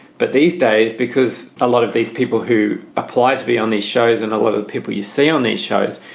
but these days, because a lot of these people who apply to be on these shows and a lot of people you see on these shows,